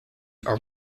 are